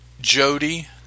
Jody